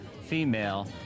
female